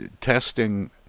testing